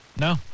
No